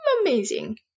amazing